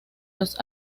los